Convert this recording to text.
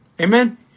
Amen